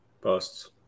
Busts